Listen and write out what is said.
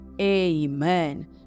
Amen